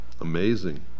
amazing